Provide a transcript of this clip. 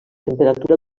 temperatura